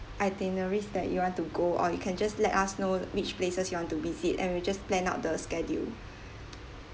itineraries that you want to go or you can just let us know which places you want to visit and we'll just plan out the schedule